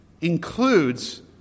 includes